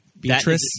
Beatrice